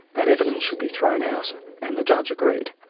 that evidence should be thrown out and the judge agreed.